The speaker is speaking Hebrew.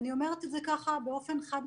אני אומרת את זה ככה באופן חד-משמעי,